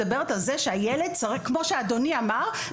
כמו שאדוני אמר,